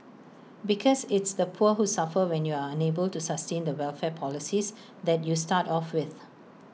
because it's the poor who suffer when you're unable to sustain the welfare policies that you start off with